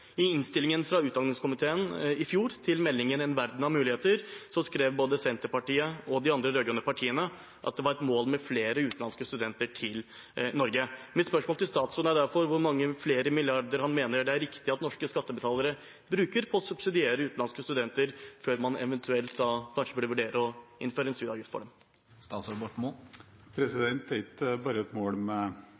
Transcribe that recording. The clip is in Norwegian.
I innstillingen fra utdanningskomiteen i fjor, til meldingen En verden av muligheter, skrev både Senterpartiet og de andre rød-grønne partiene at det var et mål å få flere utenlandske studenter til Norge. Mitt spørsmål til statsråden er derfor: Hvor mange flere milliarder mener han det er riktig at norske skattebetalere bruker på å subsidiere utenlandske studenter før man eventuelt vurderer å innføre en studieavgift? Det er ikke bare et mål